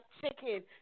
chicken